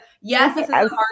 yes